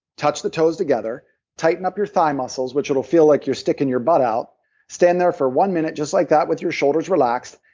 touch the toes together tighten up your thigh muscles, which it'll feel like you're sticking your butt out stand there for one minute, just like that, with your shoulders relaxed,